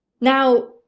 Now